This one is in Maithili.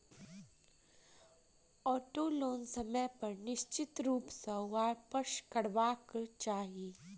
औटो लोन समय पर निश्चित रूप सॅ वापसकरबाक चाही